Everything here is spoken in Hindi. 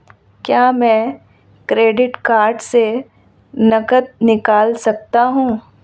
क्या मैं क्रेडिट कार्ड से नकद निकाल सकता हूँ?